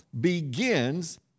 begins